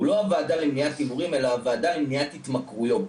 זה לא הוועדה למניעת הימורים אלא הוועדה למניעת התמכרויות.